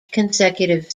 consecutive